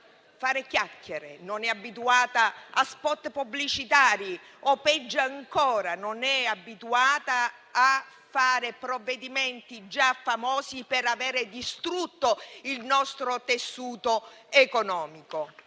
non è abituato a *spot* pubblicitari o, peggio ancora, non è abituato a fare provvedimenti già famosi per avere distrutto il nostro tessuto economico.